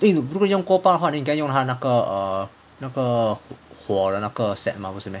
eh 不可用那个锅巴换你应该用他那个 err 那个火的那个 set mah 不是 meh